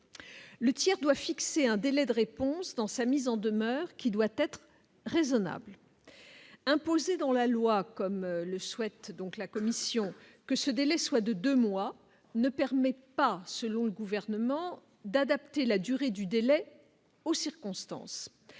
Le tiers doit fixer un délai de réponse dans sa mise en demeure qui doit être raisonnables imposé dans la loi, comme le souhaite donc la commission que ce délai soit de 2 mois ne permettent pas selon le gouvernement, d'adapter la durée du délai aux circonstances,